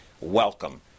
Welcome